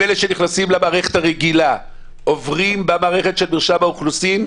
אלו שנכנסים למערכת הרגילה עוברים במערכת של מרשם האוכלוסין,